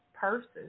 purses